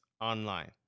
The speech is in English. online